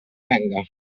venga